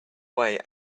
way